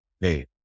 Hey